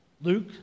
Luke